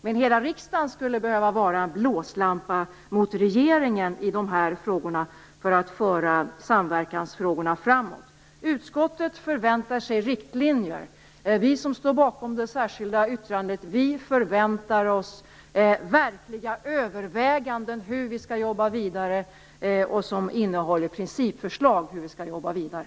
Men hela riksdagen skulle behöva utgöra en blåslampa mot regeringen för att föra samverkansfrågorna framåt. Utskottet förväntar sig riktlinjer. Vi som står bakom det särskilda yttrandet förväntar oss verkliga överväganden och principförslag om hur vi skall jobba vidare.